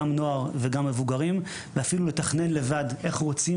גם נוער וגם מבוגרים ואפילו לתכנן לבד איך רוצים